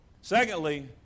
Secondly